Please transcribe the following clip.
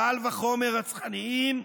קל וחומר רצחניים,